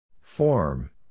Form